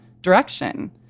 direction